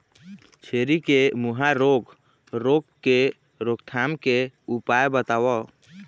छेरी के मुहा रोग रोग के रोकथाम के उपाय बताव?